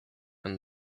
and